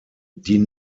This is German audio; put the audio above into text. die